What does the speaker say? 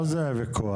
לא זה הוויכוח,